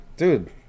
Dude